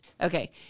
okay